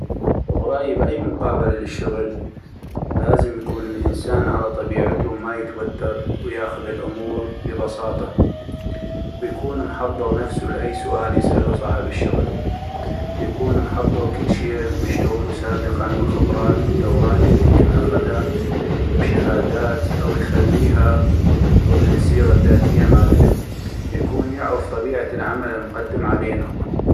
برأي بأي مقابلة للشغل لازم يكون الإنسان على طبيعتو وما يتوتر ويأخذ الأمور ببساطة ، ويكون محضغ نفسو لاي سؤال يسألو صاحب الشغل ، ويكون محضغ كلشي مشتغلو سابقاً والخبرات والدورات اللي كن أخذه بشهادات أو يخليها ضمن السيرة الذاتية مالتو ، ويكون يعغف طبيعة العمل المقدم علينو.